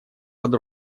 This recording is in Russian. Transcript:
под